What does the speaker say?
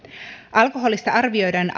alkoholista arvioidaan